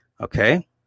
Okay